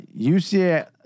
UCLA